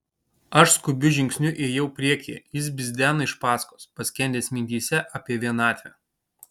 aš skubiu žingsniu ėjau priekyje jis bidzeno iš paskos paskendęs mintyse apie vienatvę